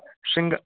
शृङ्ग